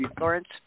Lawrence